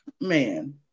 man